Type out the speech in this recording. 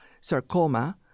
sarcoma